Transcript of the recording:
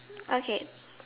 okay